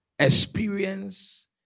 experience